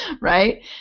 Right